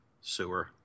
sewer